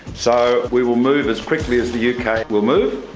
so we will move as quickly as the uk ah will move,